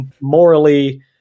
morally